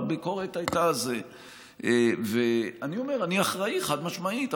אני אומר שאני אחראי חד-משמעית,